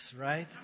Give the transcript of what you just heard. right